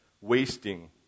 wasting